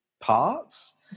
parts